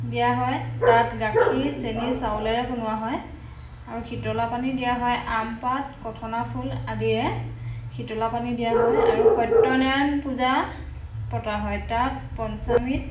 দিয়া হয় তাত গাখীৰ চেনি চাউলেৰে বনোৱা হয় আৰু শীতলা পানী দিয়া হয় আম পাত কঠনা ফুল আদিৰে শীতলা পানী দিয়া হয় আৰু সত্য নাৰায়ণ পূজা পতা হয় তাত পঞ্চামৃত